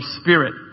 spirit